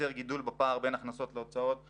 ייווצר גידול בפער בין הכנסות להוצאות בתקציב,